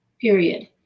period